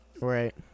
right